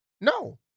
No